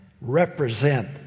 represent